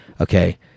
okay